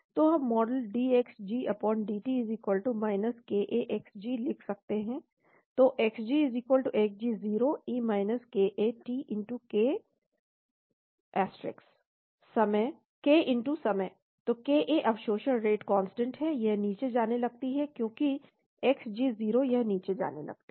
तो हम model dXg dt ka Xg लिख सकते हैं तो Xg Xg0 e ka t k समय तो ka अवशोषण रेट कांस्टेंट है यह नीचे जाने लगती है क्योंकि Xg0 यह नीचे जाने लगती है